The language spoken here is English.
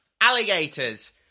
Alligators